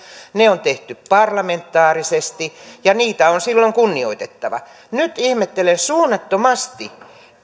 ne on tehty parlamentaarisesti ja niitä on silloin kunnioitettava nyt ihmettelen suunnattomasti